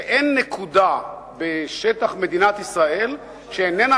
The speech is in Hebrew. שאין נקודה בשטח מדינת ישראל שאיננה